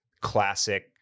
classic